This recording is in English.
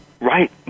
right